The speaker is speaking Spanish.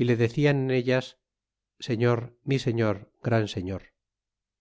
é le decían en ellas señor mi señor gran señor